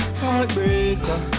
heartbreaker